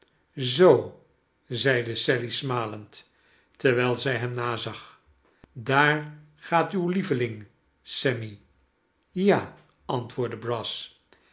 zoo zeide sally smalend terwijl zij hem nazag daar gaat uw lieveling sammy ja antwoordde brass